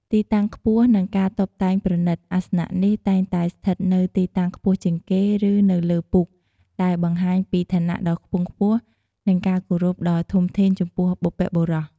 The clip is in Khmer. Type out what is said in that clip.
ទីតាំងខ្ពស់និងការតុបតែងប្រណិត អាសនៈនេះតែងតែស្ថិតនៅទីតាំងខ្ពស់ជាងគេ ឬនៅលើពូក ដែលបង្ហាញពីឋានៈដ៏ខ្ពង់ខ្ពស់ និងការគោរពដ៏ធំធេងចំពោះបុព្វបុរស។